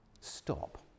stop